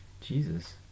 Jesus